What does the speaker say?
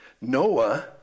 Noah